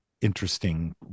interesting